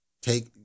Take